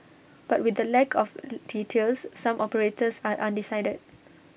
but with the lack of details some operators are undecided